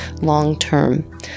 long-term